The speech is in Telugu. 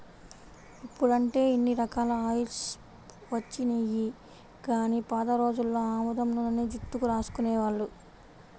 ఇప్పుడంటే ఇన్ని రకాల ఆయిల్స్ వచ్చినియ్యి గానీ పాత రోజుల్లో ఆముదం నూనెనే జుట్టుకు రాసుకునేవాళ్ళు